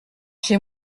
j’ai